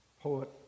poet